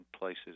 places